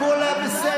הכול היה בסדר.